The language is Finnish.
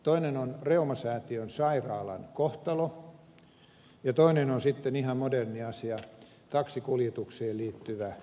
toinen on reumasäätiön sairaalan kohtalo ja toinen on sitten ihan moderni asia taksikuljetuksiin liittyvä seikka